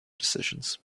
decisions